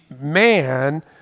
man